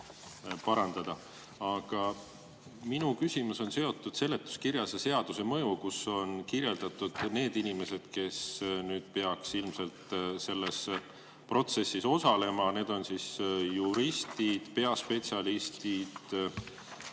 parandada. Aga minu küsimus on seotud seletuskirja [punktiga] "Seaduse mõjud", kus on kirjas need inimesed, kes nüüd peaksid ilmselt selles protsessis osalema. Need on juristid, peaspetsialistid,